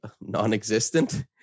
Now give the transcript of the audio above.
non-existent